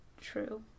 true